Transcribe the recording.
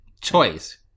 choice